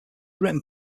written